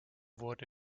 wurde